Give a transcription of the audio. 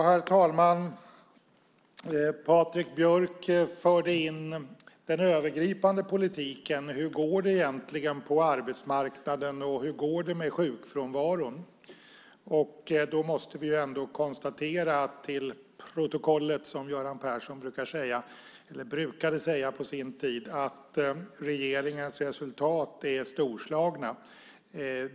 Herr talman! Patrik Björck förde in den övergripande politiken. Hur går det egentligen på arbetsmarknaden, och hur går det med sjukfrånvaron? Då måste vi ändå konstatera för protokollet - som Göran Persson brukade säga på sin tid - att regeringens resultat är storslagna.